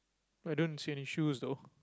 I don't see any shoes though